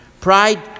pride